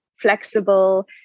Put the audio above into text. flexible